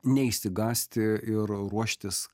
neišsigąsti ir ruoštis